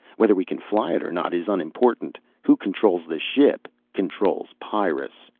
whether we can fly it or not is unimportant. who controls the ship controls pyrrus.